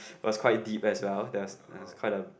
was quite deep as well the it's quite a